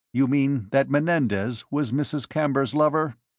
you mean that menendez was mrs. camber's lover?